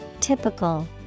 typical